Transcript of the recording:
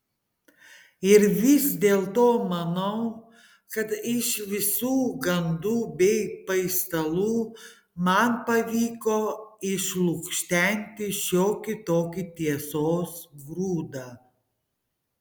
ir vis dėlto manau kad iš visų gandų bei paistalų man pavyko išlukštenti šiokį tokį tiesos grūdą